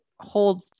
hold